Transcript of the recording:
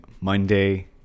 Monday